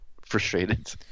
frustrated